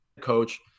coach